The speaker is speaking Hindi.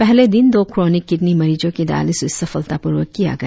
पहले दिन दो क्रोनिक किडनी मरिजों के डाईलसिस सफलतापूर्वक किया गया